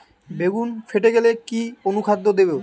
বেগুন ফেটে গেলে কি অনুখাদ্য দেবো?